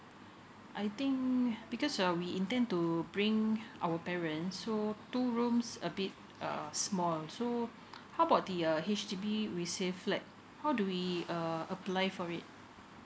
I think because uh we intend to bring our parents so two rooms a bit uh small um so how about the err H_D_B resale flat how do we uh apply for it